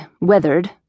weathered